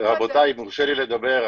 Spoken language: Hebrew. אם יורשה לי לדבר,